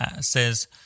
says